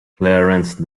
clarence